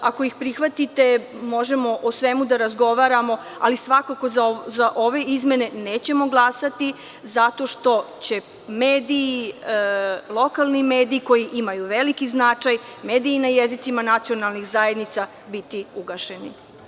Ako ih prihvatite, možemo o svemu da razgovaramo, ali svakako da ove izmene nećemo glasati zato što će mediji, lokalni mediji koji imaju veliki značaj, mediji na jezicima nacionalnih zajednica biti ugašeni.